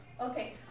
Okay